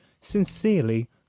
Sincerely